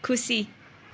खुसी